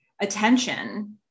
attention